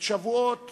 את שבועות